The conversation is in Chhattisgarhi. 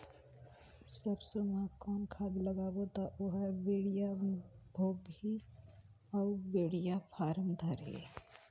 सरसो मा कौन खाद लगाबो ता ओहार बेडिया भोगही अउ बेडिया फारम धारही?